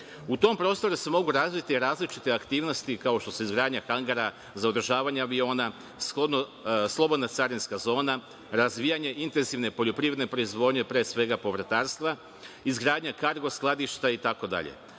U tom prostoru se mogu razviti različite aktivnosti, kao što su izgradnja hangara za održavanje aviona, slobodna carinska zona, razvijanje intenzivne poljoprivredne proizvodnje, pre svega, povrtarstva, izgradnja kargo skladišta